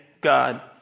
God